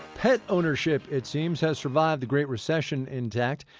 pet ownership, it seems, has survived the great recession intact.